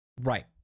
Right